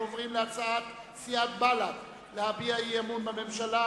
אנחנו עוברים להצעת סיעת בל"ד להביע אי-אמון בממשלה